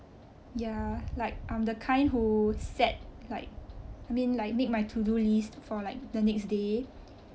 ya like I'm the kind who set like mean like need my to do list for like the next day